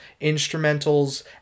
instrumentals